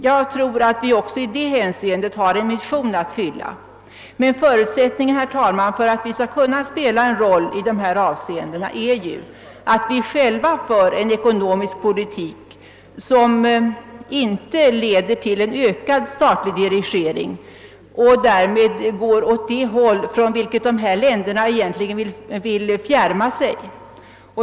Jag tror att vi också i det hänseendet har en mission att fylla, men förutsättningen, herr talman, för att vi skall kunna spela en roll i dessa avseenden är att vi själva för en ekonomisk politik, som inte leder till en ökad statlig dirigering och därmed går åt det håll från vilket dessa länder egentligen vill fjärma sig.